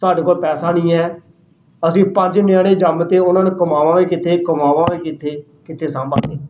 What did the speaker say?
ਸਾਡੇ ਕੋਲ ਪੈਸਾ ਨਹੀਂ ਹੈ ਅਸੀਂ ਪੰਜ ਨਿਆਣੇ ਜੰਮਤੇ ਉਹਨਾਂ ਨੂੰ ਕਮਾਵਾਂਗੇ ਕਿੱਥੇ ਖਵਾਵਾਂਗੇ ਕਿੱਥੇ ਕਿੱਥੇ ਸਾਂਭਾਗੇ